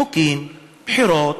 חוקים, בחירות,